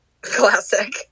classic